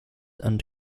and